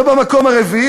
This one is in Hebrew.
ובמקום הרביעי,